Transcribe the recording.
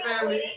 Family